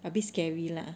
but a bit scary lah